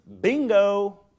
Bingo